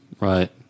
Right